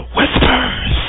Whispers